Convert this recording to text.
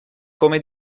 come